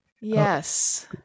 Yes